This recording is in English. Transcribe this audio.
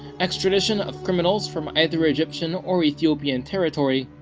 extradition of criminals from either egyptian or ethiopian territory.